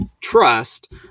trust